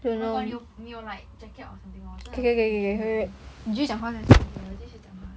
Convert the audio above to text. oh my god 你有你有 like jacket or something lor 我真的 freaking 冷 okay 我继续讲话